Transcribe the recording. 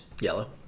Yellow